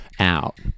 out